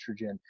estrogen